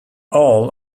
all